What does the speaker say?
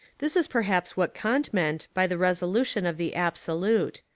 this is perhaps what kant meant by the resolution of the absolute.